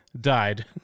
died